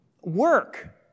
Work